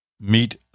meet